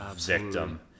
victim